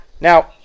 Now